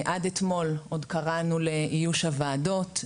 עד אתמול עוד קראנו לאיוש הוועדות,